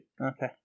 Okay